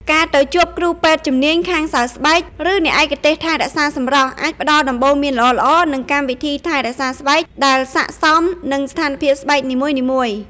ការទៅជួបគ្រូពេទ្យជំនាញខាងសើស្បែក ឬអ្នកឯកទេសថែរក្សាសម្រស់ អាចផ្តល់ដំបូន្មានល្អៗ និងកម្មវិធីថែរក្សាស្បែកដែលសាកសមនឹងស្ថានភាពស្បែកនីមួយៗ ។